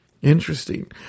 interesting